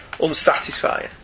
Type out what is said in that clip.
unsatisfying